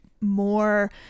more